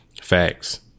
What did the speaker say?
Facts